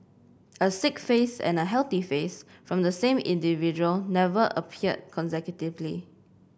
a sick face and healthy face from the same individual never appeared consecutively